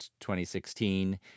2016